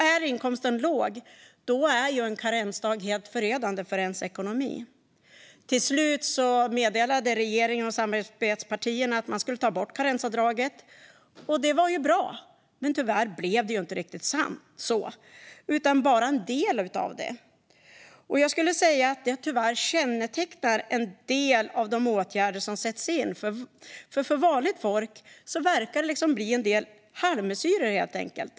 Är inkomsten låg är en karensdag helt förödande för ens ekonomi. Till slut meddelade regeringen och samarbetspartierna att man skulle ta bort karensavdraget, och det var bra. Men tyvärr blev det inte riktigt så, utan bara en del av det togs bort. Jag skulle säga att detta tyvärr kännetecknar en del av de åtgärder som sätts in. För vanligt folk verkar det bli en del halvmesyrer helt enkelt.